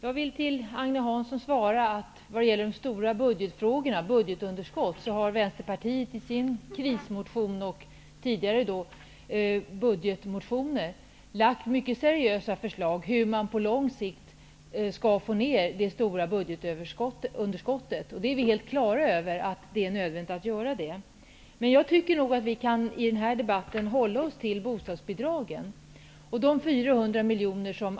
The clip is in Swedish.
Fru talman! När det gäller de stora budgetfrågorna och budgetunderskottet vill jag till Agne Hansson säga att Vänsterpartiet har, i sin krismotion och i sina tidigare budgetmotioner, lagt fram mycket seriösa förslag om hur man på lång sikt kan få ned det stora budgetunderskottet. Vi är helt på det klara med att det behövs. Jag tycker att vi i den här debatten kan hålla oss till att debattera bostadsbidragen.